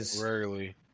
rarely